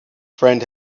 friend